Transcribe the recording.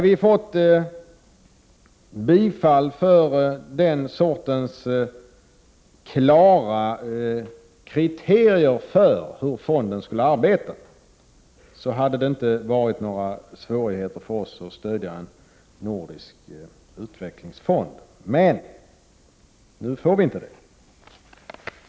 Om den sortens klara kriterier för formerna för fondens arbete hade mött bifall, skulle det inte ha varit svårt för oss att stödja en nordisk utvecklingsfond. Men nu är det inte så.